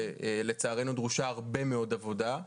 - ולצערנו דרושה הרבה מאוד עבודה.